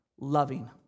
loving